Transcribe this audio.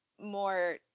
more